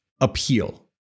appeal